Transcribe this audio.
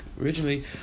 originally